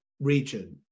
region